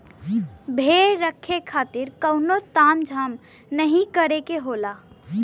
भेड़ रखे खातिर कउनो ताम झाम नाहीं करे के होला